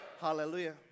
Hallelujah